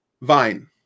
Vine